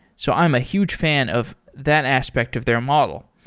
so i'm a huge fan of that aspect of their model.